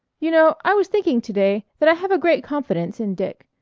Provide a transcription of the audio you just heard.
you know i was thinking to-day that i have a great confidence in dick.